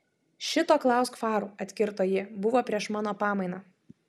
šito klausk farų atkirto ji buvo prieš mano pamainą